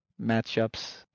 matchups